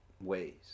ways